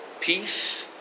peace